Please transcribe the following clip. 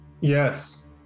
Yes